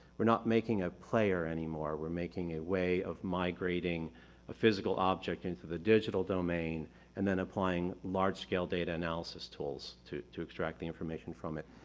we're not making a player anymore, we're making a way of migrating a physical object into the digital domain and then applying large-scale data analysis tools to to extract the information from it.